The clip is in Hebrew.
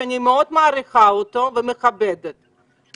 שאני מאוד מעריכה ומכבדת אותו,